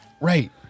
right